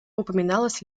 упоминалось